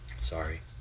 Sorry